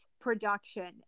production